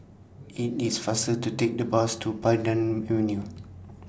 IT IT IS faster to Take The Bus to Pandan Avenue